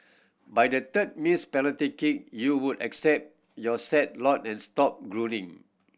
by the third missed penalty kick you would accept your sad lot and stopped groaning